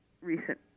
recent